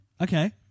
Okay